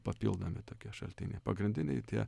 papildomi tokie šaltiniai pagrindiniai tie